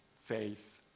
faith